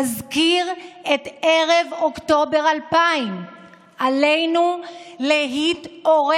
זה מזכיר את ערב אוקטובר 2000. עלינו להתעורר.